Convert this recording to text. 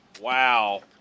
Wow